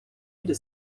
into